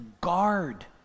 guard